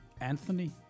Anthony